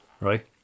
right